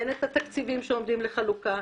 הן את התקציבים שעומדים לחלוקה